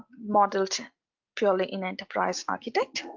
modeled purely in enterprise architect.